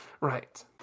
right